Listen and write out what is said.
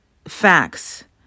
Facts